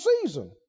season